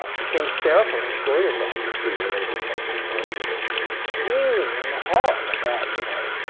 became hysterical in his lawyer's office, we were later told, and was screaming in the hall about, you know,